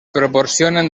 proporcionen